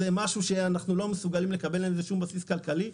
זה משהו שאנחנו לא מסוגלים על זה שום בסיס כלכלי.